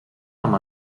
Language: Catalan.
amb